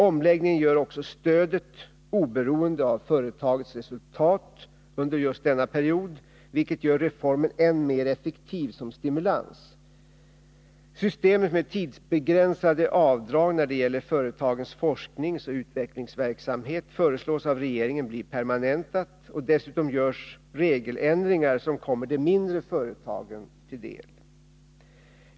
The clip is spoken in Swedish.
Omläggningen gör också stödet oberoende av företagets resultat under just denna period, vilket gör reformen än mer effektiv som stimulans. Systemet med tidsbegränsade avdrag när det gäller företagens forskningsoch utvecklingsverksamhet föreslås av regeringen bli permanentat, och dessutom görs regeländringar som kommer de mindre företagen till del.